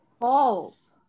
Balls